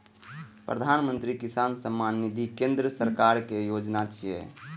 प्रधानमंत्री किसान सम्मान निधि केंद्र सरकारक योजना छियै